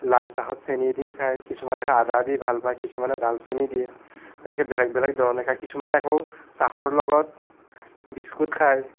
লাল চাহত চেনি দি খায় কিছুমানে আকৌ আদা দি ভাল পায় কিছুমানে দালচেনি দিয়ে গতিকে বেলেগ বেলেগ ধৰণে খায় কিছুমানে আকৌ চাহৰ লগত বিস্কুট খায়